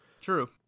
True